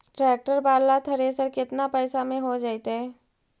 Tractor बाला thresher केतना पैसा में हो जैतै?